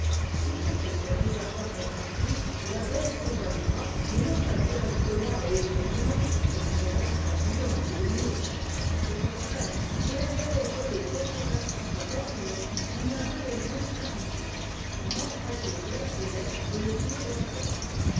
sitôt que ce réservoir est rempli tabeille s'éloignera mais non pas directement et étourdiment comme ferait un papillon ou une mouche au contraire vous la verrez voler quelques instants à reculons en un va-et-vient attentif dans tembrasure de la fenêtre ou autour de votre table